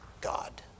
GOD